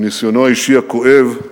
מניסיונו האישי הכואב,